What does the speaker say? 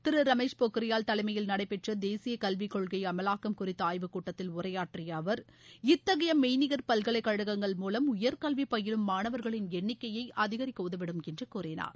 திரு ரமேஷ் பொக்ரியால் தலைமயில் நடைபெற்ற தேசிய கல்விக் கொள்கை அமலாக்கம் குறித்த ஆய்வுக்கூட்டத்தில் உரையாற்றிய அவர் இத்தகைய மெய்நிகர் பல்கலைக் கழங்கங்கள் மூலம் உயர்கல்வி பயிலும் மாணவர்களின் எண்ணிக்கையை அதிகரிக்க உதவிடும் என்று கூறினார்